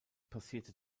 passierte